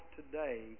today